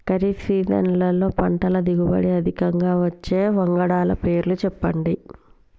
ఖరీఫ్ సీజన్లో పంటల దిగుబడి అధికంగా వచ్చే వంగడాల పేర్లు చెప్పండి?